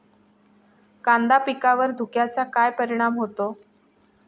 कांदा पिकावर धुक्याचा काय परिणाम होतो?